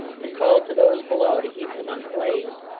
and called to those below, to heap them on the blaze.